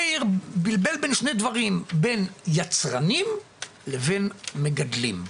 מאיר בלבל בין שני דברים, בין יצרנים לבין מגדלים.